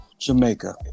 Jamaica